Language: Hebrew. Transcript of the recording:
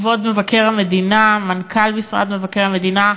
כבוד מבקר המדינה, מנכ"ל משרד מבקר המדינה,